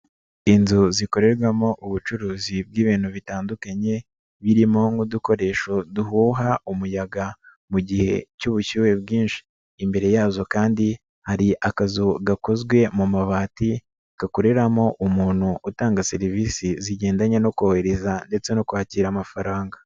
Inzu zikorerwamo ubucuruzi bw'ibintu bitandukanye, birimo n'udukoresho duhuha umuyaga mu gihe cy'ubushyuhe bwinshi, imbere yazo kandi hari akazu gakozwe mu mabati, gakoreramo umuntu utanga serivisi zigendanye no kohereza ndetse no kwakira amafaranga.